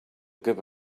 give